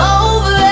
over